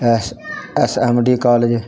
S S M D college